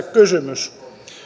kysymys